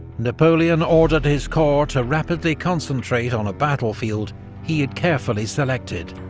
napoleon ordered his corps to rapidly concentrate on a battlefield he'd carefully selected,